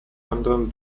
anderem